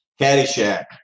caddyshack